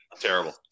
Terrible